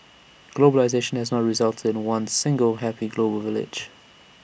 globalisation has not resulted in one single happy global village